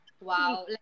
wow